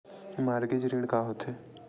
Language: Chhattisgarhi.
मॉर्गेज ऋण का होथे?